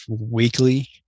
weekly